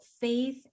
faith